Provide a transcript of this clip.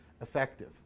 effective